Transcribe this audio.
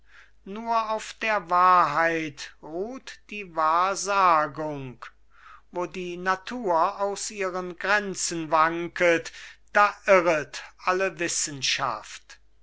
nur auf der wahrheit ruht die wahrsagung wo die natur aus ihren grenzen wanket da irret alle wissenschaft